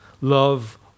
Love